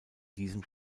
diesem